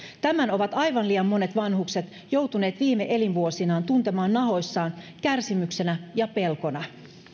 tämän ovat aivan liian monet vanhukset joutuneet viime elinvuosinaan tuntemaan nahoissaan kärsimyksenä ja pelkona